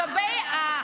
צגה,